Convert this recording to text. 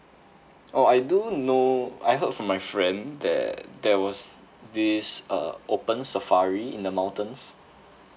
oh I do know I heard from my friend that there was this uh open safari in the mountains